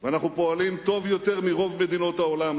ואנחנו פועלים טוב יותר מרוב מדינות העולם.